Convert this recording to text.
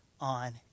on